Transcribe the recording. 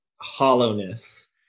hollowness